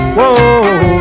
Whoa